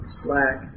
slack